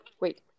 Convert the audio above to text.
wait